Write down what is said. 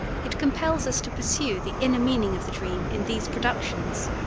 it compels us to pursue the inner meaning of the dream in these productions.